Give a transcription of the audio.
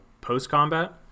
post-combat